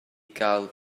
gael